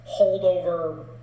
holdover